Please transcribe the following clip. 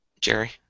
Jerry